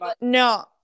No